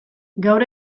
gaur